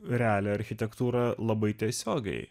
realią architektūrą labai tiesiogiai